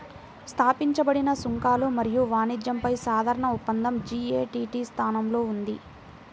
స్థాపించబడిన సుంకాలు మరియు వాణిజ్యంపై సాధారణ ఒప్పందం జి.ఎ.టి.టి స్థానంలో ఉంది